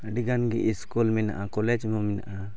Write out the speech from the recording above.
ᱟᱹᱰᱤ ᱜᱟᱱ ᱜᱮ ᱥᱠᱩᱞ ᱢᱮᱱᱟᱜᱼᱟ ᱠᱚᱞᱮᱡᱽ ᱠᱚ ᱢᱮᱱᱟᱜᱼᱟ